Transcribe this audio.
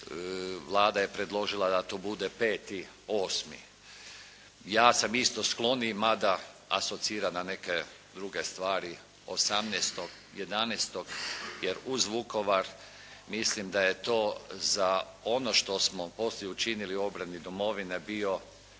Vlada je predložila da to bude 5. 8. Ja sam isto skloniji, mada asocira na neke druge stvari, 18. 11. jer uz Vukovar mislim da je to za ono što smo poslije učinili u obrani domovine bio